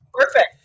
Perfect